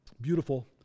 Beautiful